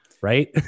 Right